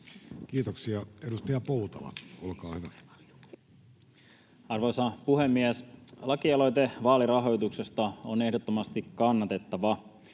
Kiitoksia. — Edustaja Poutala, olkaa hyvä. Arvoisa puhemies! Lakialoite vaalirahoituksesta on ehdottomasti kannatettava,